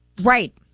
Right